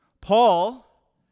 Paul